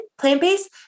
plant-based